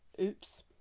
Oops